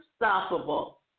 unstoppable